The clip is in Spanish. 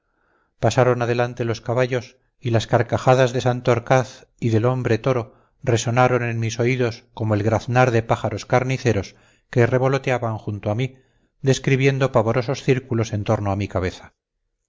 pasaron adelante los caballos y las carcajadas de santorcaz y del hombre toro resonaron en mis oídos como el graznar de pájaros carniceros que revoloteaban junto a mí describiendo pavorosos círculos en torno a mi cabeza